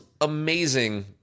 amazing